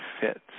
fits